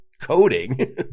coding